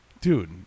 dude